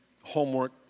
homework